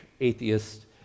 atheist